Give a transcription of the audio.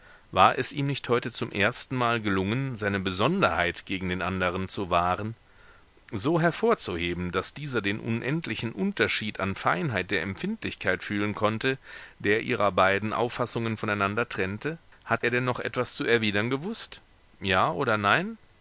war es ihm nicht heute zum erstenmal gelungen seine besonderheit gegen den anderen zu wahren so hervorzuheben daß dieser den unendlichen unterschied an feinheit der empfindlichkeit fühlen konnte der ihrer beiden auffassungen voneinander trennte hat er denn noch etwas zu erwidern gewußt ja oder nein